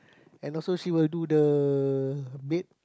and also she will do the bed